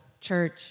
church